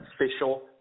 official